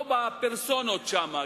לא בפרסונות שם,